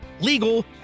legal